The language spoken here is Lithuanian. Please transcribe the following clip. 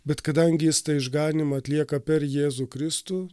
bet kadangi jis tą išganymą atlieka per jėzų kristų